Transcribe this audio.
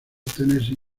tennessee